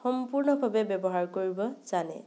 সম্পূৰ্ণভাৱে ব্যৱহাৰ কৰিব জানে